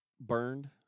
burned